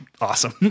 awesome